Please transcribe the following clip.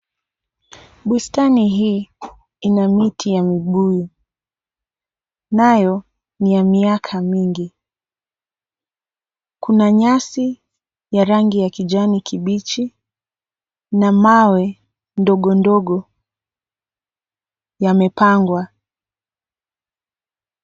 Bustani hii ina miti ya mibuyu, nayo ni ya miaka mingi. Kuna nyasi ya rangi ya kijani kibichi na mawe ndogo ndogo yamepangwa.